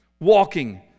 walking